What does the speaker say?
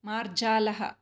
मार्जालः